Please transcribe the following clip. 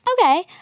Okay